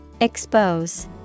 Expose